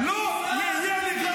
-- על הילדים שלך --- תתבייש לך.